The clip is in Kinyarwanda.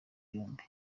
byombi